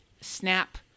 snap